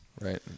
right